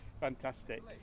Fantastic